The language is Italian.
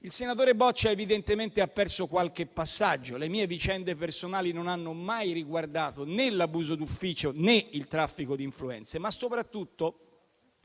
Il senatore Boccia evidentemente ha perso qualche passaggio: le mie vicende personali non hanno mai riguardato né l'abuso d'ufficio né il traffico di influenze. Soprattutto,